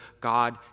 God